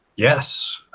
yes.